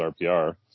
RPR